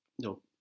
no